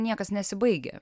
niekas nesibaigia